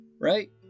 right